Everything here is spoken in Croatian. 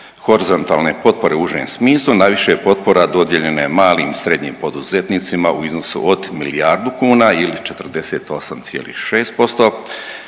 horizontalne potpore u užem smislu najviše potpora dodijeljeno je malim i srednjim poduzetnicima u iznosu od milijardu kuna ili 48,6%,